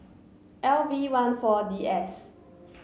L V one four D S